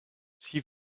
six